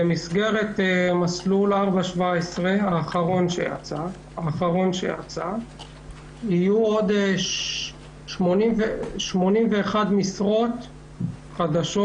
במסגרת מסלול 4/17 האחרון שיצא יהיו עוד 81 משרות חדשות